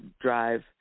drive